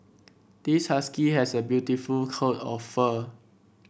this husky has a beautiful coat of fur